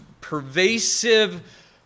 pervasive